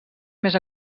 més